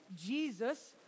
Jesus